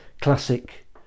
classic